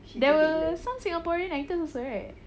there were some singaporean actors right